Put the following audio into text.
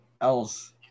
else